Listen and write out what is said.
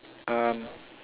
um